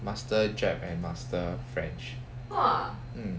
master jap and master french mm